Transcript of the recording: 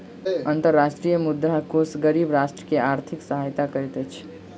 अंतर्राष्ट्रीय मुद्रा कोष गरीब राष्ट्र के आर्थिक सहायता करैत अछि